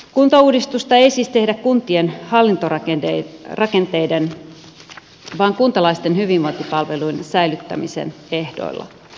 kuntauudistusta ei siis tehdä kuntien hallintorakenteiden vaan kuntalaisten hyvinvointipalveluiden säilyttämisen ehdoilla